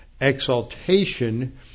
exaltation